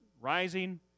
Rising